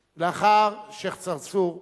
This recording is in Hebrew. ואחריו, השיח' צרצור.